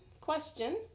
question